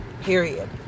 period